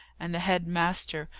and the head-master,